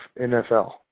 NFL